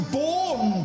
born